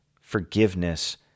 Forgiveness